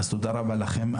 אז תודה רבה לכם.